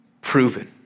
Proven